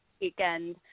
weekend